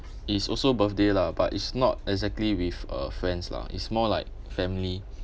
is also birthday lah but it's not exactly with uh friends lah is more like family